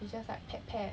it's just like pet pet